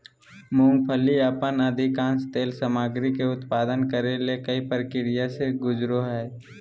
मूंगफली अपन अधिकांश तेल सामग्री के उत्पादन करे ले कई प्रक्रिया से गुजरो हइ